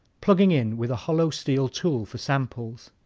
plugging in with a hollow steel tool for samples.